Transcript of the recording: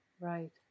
Right